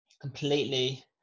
Completely